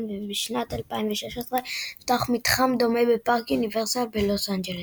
ובשנת 2016 נפתח מתחם דומה בפארק יוניברסל בלוס אנג'לס.